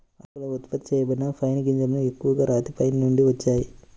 ఐరోపాలో ఉత్పత్తి చేయబడిన పైన్ గింజలు ఎక్కువగా రాతి పైన్ నుండి వచ్చాయి